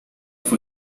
fue